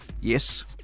yes